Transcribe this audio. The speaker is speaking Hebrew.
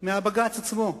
מהבג"ץ עצמו.